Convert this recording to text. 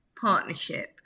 partnership